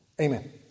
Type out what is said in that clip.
Amen